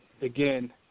again